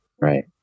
Right